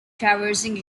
traversing